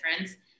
difference